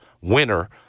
winner